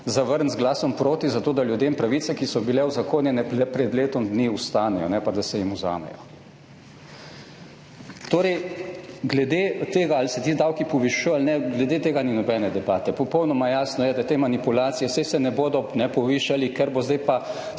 zavrniti z glasom proti, zato, da ljudem pravice, ki so bile uzakonjene pred letom dni, ostanejo, ne pa da se jim vzamejo. Torej glede tega ali se ti davki povišujejo ali ne, glede tega ni nobene debate. Popolnoma jasno je, da te manipulacije, saj se ne bodo povišali, ker bo zdaj pa